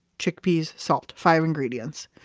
chickpeas, salt five ingredients.